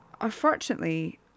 unfortunately